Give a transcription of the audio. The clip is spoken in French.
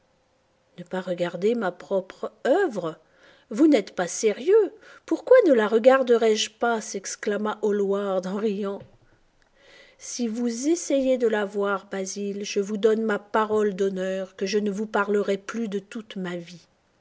ne pas regarder ma propre œuvre vous n'êtes pas sérieux pourquoi ne la regarderais je pas s'exclama hallward en riant si vous essayez de la voir basil je vous donne ma parole d'honneur que je ne vous parlerai plus de toute ma vie